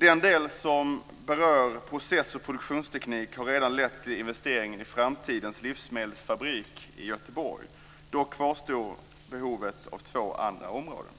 Den del som berör process och produktionsteknik har redan lett till investeringen i "Framtidens livsmedelsfabrik" i Göteborg. Dock kvarstår behovet av program på två andra områden.